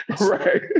Right